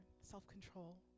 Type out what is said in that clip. self-control